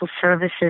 services